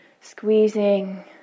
squeezing